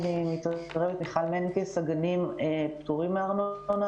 הגנים פטורים מארונה,